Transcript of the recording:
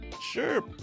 sure